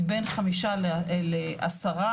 היא בין חמישה לעשרה,